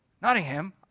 Nottingham